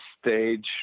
stage